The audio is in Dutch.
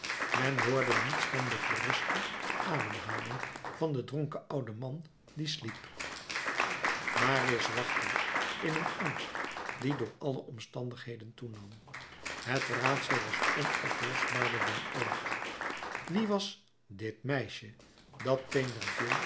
men hoorde niets dan de geruste ademhaling van den dronken ouden man die sliep marius wachtte in een angst die door alle omstandigheden toenam het raadsel was onoplosbaarder dan ooit wie was dit meisje dat